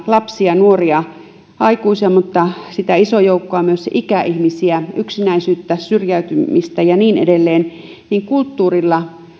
lapsia nuoria aikuisia ja myös sitä isoa joukkoa ikäihmisiä yksinäisyyttä syrjäytymistä ja niin edelleen niin kulttuurilla